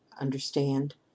understand